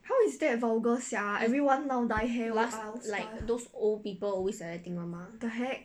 last like those old people always like that think [one] mah